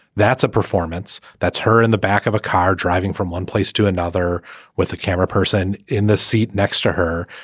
that's a performance. that's her in the back of a car driving from one place to another with a camera person in the seat next to her.